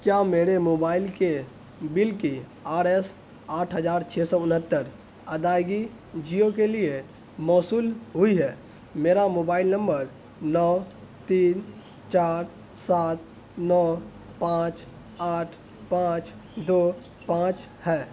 کیا میرے موبائل کے بل کی آر ایس آٹھ ہزار چھ سو انہتر ادائیگی جیو کے لیے موصول ہوئی ہے میرا موبائل نمبر نو تین چار سات نو پانچ آٹھ پانچ دو پانچ ہے